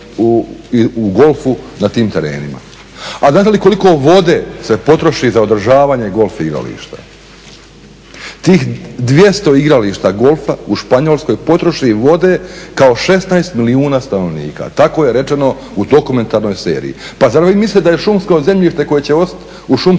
u golfu na tim terenima. A znate li koliko vode se potroši za održavanje golf igrališta? Tih 200 igrališta golfa u Španjolskoj potroši vode kao 16 milijuna stanovnika. Tako je rečeno u dokumentarnoj seriji. Pa zar vi mislite da je šumsko zemljište koje je u